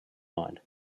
mind